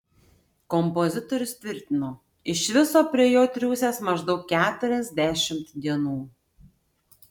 kompozitorius tvirtino iš viso prie jo triūsęs maždaug keturiasdešimt dienų